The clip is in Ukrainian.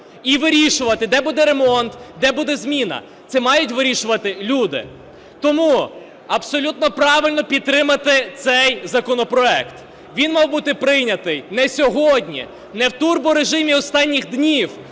і вирішувати, де буде ремонт, де буде зміна. Це мають вирішувати люди. Тому абсолютно правильно підтримати цей законопроект. Він мав бути прийнятий не сьогодні, не в турборежимі останніх днів